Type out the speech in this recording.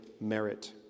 merit